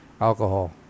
alcohol